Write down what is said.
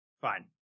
Fine